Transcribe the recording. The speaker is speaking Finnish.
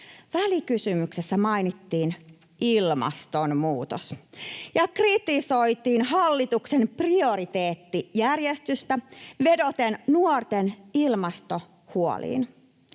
Välikysymyksessä mainittiin ilmastonmuutos ja kritisoitiin hallituksen prioriteettijärjestystä vedoten nuorten ilmastohuoliin.